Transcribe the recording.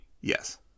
Yes